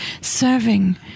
serving